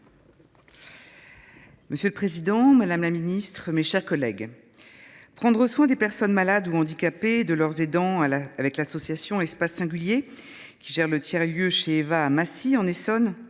Monsieur le président, madame la ministre, mes chers collègues, prendre soin des personnes malades ou handicapées et de leurs aidants, avec l’association Espace singulier, qui gère le tiers lieu Chez Eva à Massy, en Essonne